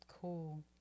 cool